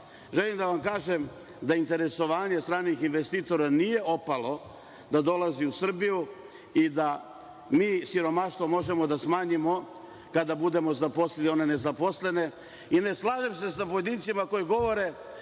da vam kažem da interesovanje stranih investitora nije opalo da dolaze u Srbiju i da mi siromaštvo možemo da smanjimo kada budemo zaposlili one nezaposlene. Ne slažem se sa pojedincima koji govore